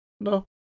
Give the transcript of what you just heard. No